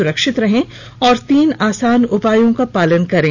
सुरक्षित रहें और तीन आसान उपायों का पालन करें